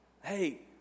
hey